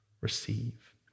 receive